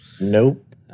Nope